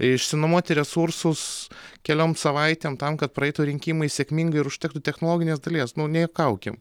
išsinuomoti resursus keliom savaitėm tam kad praeitų rinkimai sėkmingai užtektų technologinės dalies nu nejauokaukim